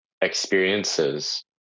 experiences